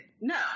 No